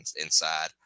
inside